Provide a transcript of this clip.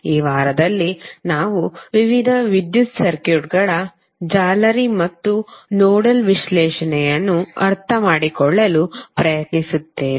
ಈ ವಾರದಲ್ಲಿ ನಾವು ವಿವಿಧ ವಿದ್ಯುತ್ ಸರ್ಕ್ಯೂಟ್ಗಳ ಜಾಲರಿ ಮತ್ತು ನೋಡಲ್ ವಿಶ್ಲೇಷಣೆಯನ್ನು ಅರ್ಥಮಾಡಿಕೊಳ್ಳಲು ಪ್ರಯತ್ನಿಸುತ್ತೇವೆ